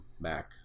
Mac